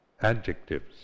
adjectives